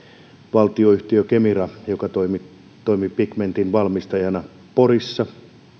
valtionyhtiö kemira joka toimi toimi pigmentin valmistajana porissa